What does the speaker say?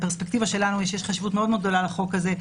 הפרספקטיבה שלנו היא שיש חשיבות מאוד מאוד גדולה לחוק הזה,